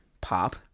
pop